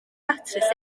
datrys